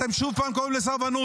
אתם שוב פעם קוראים לסרבנות,